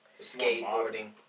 skateboarding